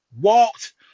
walked